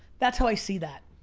that's how i see that.